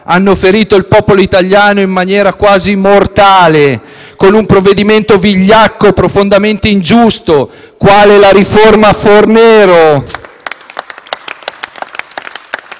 hanno ferito il popolo italiano in maniera quasi mortale, con un provvedimento vigliacco profondamente ingiusto quale la riforma Fornero. *(Applausi